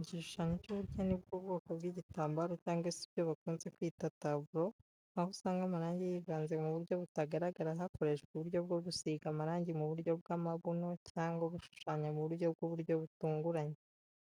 Igishushanyo cy'ubugeni bw'ubwoko bw'igitambaro cyangwa se ibyo bakunze kwita taburo, aho usanga amarangi yivanze mu buryo butagaragara hakoreshwa uburyo bwo gusiga amarangi mu buryo bw'amabuno cyangwa gushushanya mu buryo bw'uburyo butunguranye.